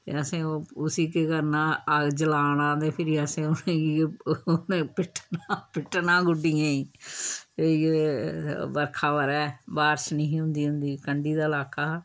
ते असें ओह् उस्सी केह् करना अग्ग जलानी ते फिरी असें उ'नें गी उ'नें गी पिट्टना पिट्टना गुड्डियें गी बरखा बरे बारश नेही हुंदी हुंदी कंढी दा लाह्का हा